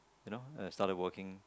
you know I started working